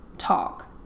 talk